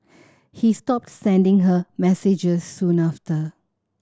he stopped sending her messages soon after